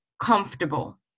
comfortable